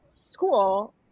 school